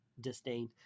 disdain